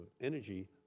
energy